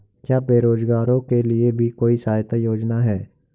क्या बेरोजगारों के लिए भी कोई सहायता योजना है?